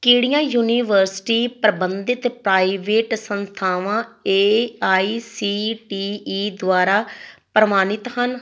ਕਿਹੜੀਆਂ ਯੂਨੀਵਰਸਿਟੀ ਪ੍ਰਬੰਧਿਤ ਪ੍ਰਾਇਵੇਟ ਸੰਸਥਾਵਾਂ A I C T E ਦੁਆਰਾ ਪ੍ਰਵਾਨਿਤ ਹਨ